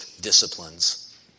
disciplines